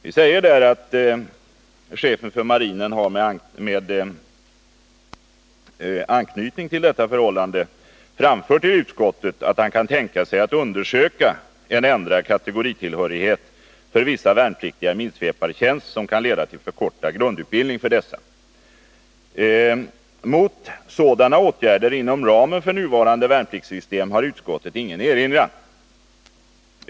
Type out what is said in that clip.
Vi säger där: ”Chefen för marinen har med anknytning till detta förhållande framfört till utskottet att han kan tänka sig att undersöka en ändrad kategoritillhörighet för vissa värnpliktiga i minsvepartjänst som kan leda till förkortad grundutbildning för dessa. Mot sådana åtgärder inom ramen för nuvarande värnpliktssystem har utskottet ingen erinran.